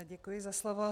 Děkuji za slovo.